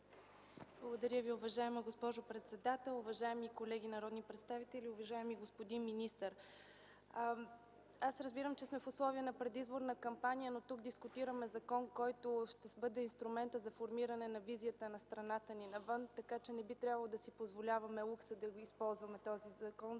Благодаря Ви, уважаема госпожо председател. Уважаеми колеги народни представители, уважаеми господин министър! Аз разбирам, че сме в условия на предизборна кампания, но тук дискутираме закон, който ще сбъдне инструмента за формиране на визията на страната ни навън, така че не би трябвало да си позволяваме лукса да го използваме за